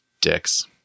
Dicks